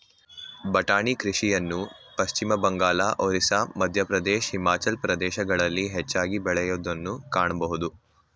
ಬಟಾಣಿ ಕೃಷಿಯನ್ನು ಪಶ್ಚಿಮಬಂಗಾಳ, ಒರಿಸ್ಸಾ, ಮಧ್ಯಪ್ರದೇಶ್, ಹಿಮಾಚಲ ಪ್ರದೇಶಗಳಲ್ಲಿ ಹೆಚ್ಚಾಗಿ ಬೆಳೆಯೂದನ್ನು ಕಾಣಬೋದು